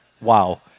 wow